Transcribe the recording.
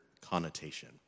connotation